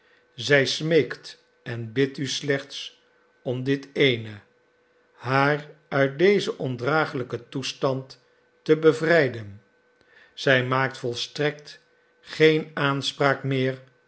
zij smeekt en bidt u slechts om dit eene haar uit dezen ondragelijken toestand te bevrijden zij maakt volstrekt geen aanspraak meer